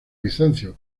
bizancio